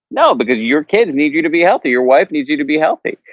no, because your kids need you to be healthy. your wife needs you to be healthy.